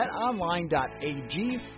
betonline.ag